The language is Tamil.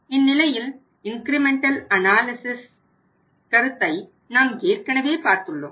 இந்நிலையில் இன்கிரிமெண்டல் அனாலிசிஸ் கருத்தை நாம் ஏற்கனவே பார்த்துள்ளோம்